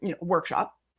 workshop